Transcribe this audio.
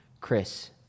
Chris